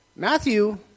Matthew